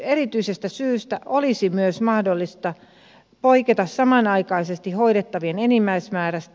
erityisestä syystä olisi myös mahdollista poiketa samanaikaisesti hoidettavien enimmäismäärästä